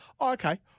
okay